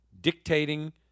dictating